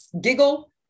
giggle